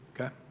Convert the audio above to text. okay